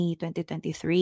2023